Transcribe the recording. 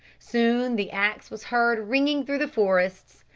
soon the axe was heard ringing through the forests,